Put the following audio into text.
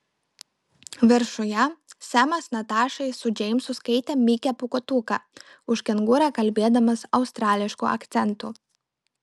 viršuje semas natašai su džeimsu skaitė mikę pūkuotuką už kengūrą kalbėdamas australišku akcentu